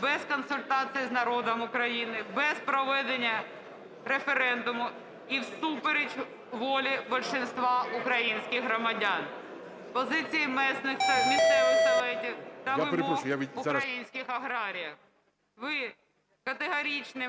без консультації з народом України, без проведення референдуму і всупереч волі більшості українських громадян, позиції місцевих советов та вимог та вимог українських аграріїв.